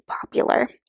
popular